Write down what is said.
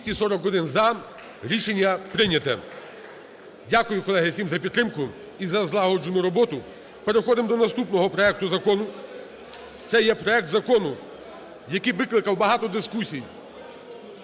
За-241 Рішення прийняте. Дякую, колеги, всім за підтримку і за злагоджену роботу. Переходимо до наступного проекту закону. Це є проект Закону, який викликав багато дискусій.